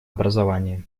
образование